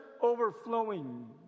overflowing